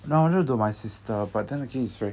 ah I wanted to do with my sister but then again it's